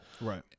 right